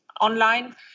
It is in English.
Online